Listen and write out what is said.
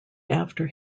after